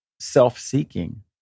self-seeking